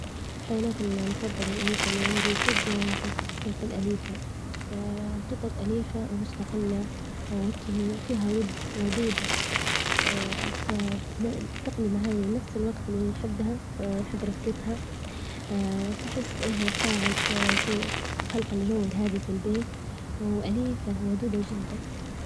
الحيوانات المفظلة الأليفة إللي عندي أكيد القطط الأليفة، القطط أليفة ومستقلة، وهكي فيها ود ودودة، التقدمة هاي بنفس الوجت إللي نحبها نحب رفجتها، تحس إنها تساعد في الجو الهادي في البيت وأليييفة وودوودة جدا.